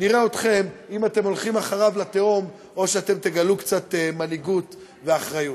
נראה אתכם אם אתם הולכים אחריו לתהום או שאתם תגלו קצת מנהיגות ואחריות.